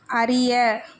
அறிய